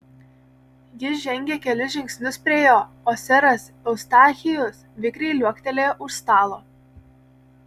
jis žengė kelis žingsnius prie jo o seras eustachijus vikriai liuoktelėjo už stalo